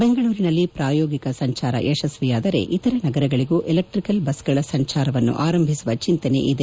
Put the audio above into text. ಬೆಂಗಳೂರಿನಲ್ಲಿ ಪ್ರಾಯೋಗಿಕ ಸಂಜಾರ ಯಶಸ್ವಿಯಾದರೆ ಇತರ ನಗರಗಳಿಗೂ ಎಲೆಕ್ಷಿಕಲ್ ಬಸ್ಗಳ ಸಂಜಾರವನ್ನು ಆರಂಭಿಸುವ ಚಿಂತನೆ ಇದೆ